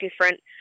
different